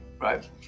right